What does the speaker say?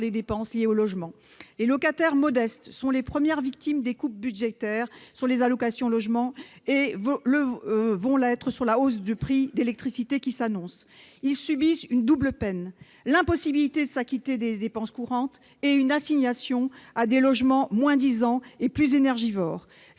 par les dépenses liées au logement ? Les locataires modestes sont les premières victimes des coupes budgétaires sur les allocations logement et de la hausse du prix de l'électricité qui s'annonce. Ils subissent une double peine : l'impossibilité de s'acquitter des dépenses courantes et une assignation à des logements moins-disants et plus énergivores.